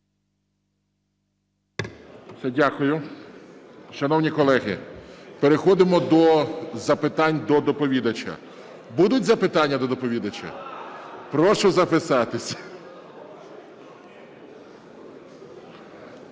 Дякую. Шановні колеги, переходимо до запитань до доповідача. Будуть запитання до доповідача? Прошу записатися.